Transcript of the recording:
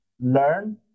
learn